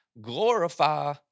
glorify